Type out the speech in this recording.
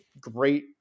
great